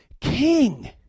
king